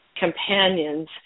companions